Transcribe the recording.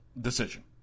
decision